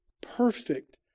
perfect